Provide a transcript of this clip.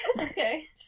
Okay